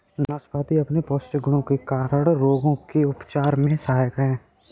नाशपाती अपने पौष्टिक गुणों के कारण रोगों के उपचार में सहायक है